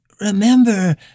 remember